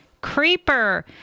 Creeper